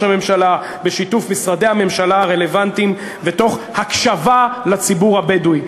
הממשלה בשיתוף משרדי הממשלה הרלוונטיים ותוך הקשבה לציבור הבדואי.